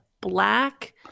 black